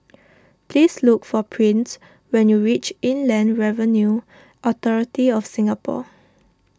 please look for Prince when you reach Inland Revenue Authority of Singapore